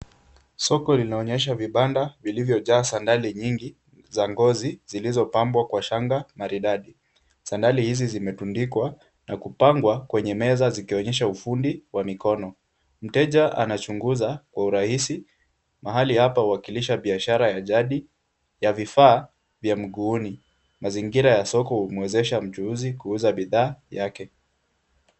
Soko linaonyesha vibanda vilivyojaa sandali nyingi za ngozi zilizopambwa kwa shanga maridadi. Sandali hizi zimetundikwa na kupangwa kwenye meza zikionyesha ufundi wa mikono. Mteja anachunguza kwa urahisi. Mahali hapa uwakilisha biashara ya jadi ya vifaa vya mguuni. Mazingira ya soko humwezesha mchuuzi kuuza bidhaa yake.